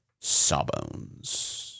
Sawbones